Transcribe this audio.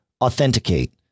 authenticate